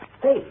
Hey